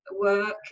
work